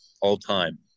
all-time